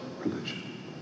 religion